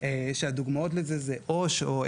בין אם זה לאפשר להם לתת יותר אשראי